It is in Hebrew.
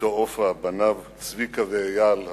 בתו עפרה, בניו צביקה ואייל,